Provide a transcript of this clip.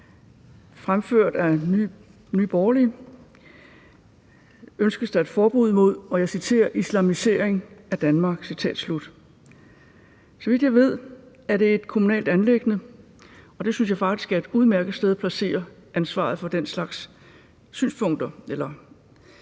fremfører Nye Borgerlige et ønske om et forbud mod, og jeg citerer, »islamisering af Danmark«. Så vidt jeg ved, er det et kommunalt anliggende, og det synes jeg faktisk er et udmærket sted at placere ansvaret for den slags. Men det, vi taler